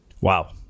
Wow